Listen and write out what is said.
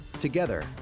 Together